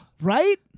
Right